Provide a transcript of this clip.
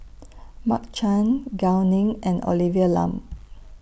Mark Chan Gao Ning and Olivia Lum